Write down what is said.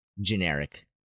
generic